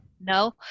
No